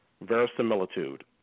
verisimilitude